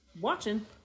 watching